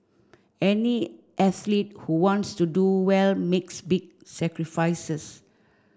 any athlete who wants to do well makes big sacrifices